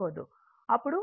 అప్పుడు ఈ సమాధానం రాదు